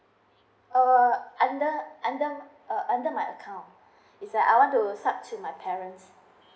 uh under under uh under my account in fact I want to sub to my parents